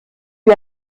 wie